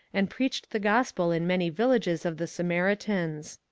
and preached the gospel in many villages of the samaritans.